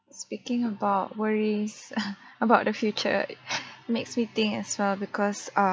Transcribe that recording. speaking about worries about the future makes me think as well because err